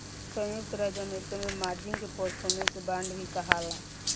संयुक्त राज्य अमेरिका में मार्जिन के परफॉर्मेंस बांड भी कहाला